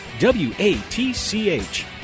w-a-t-c-h